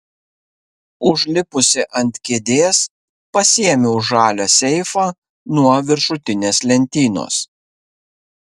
užlipusi ant kėdės pasiėmiau žalią seifą nuo viršutinės lentynos